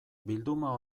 bilduma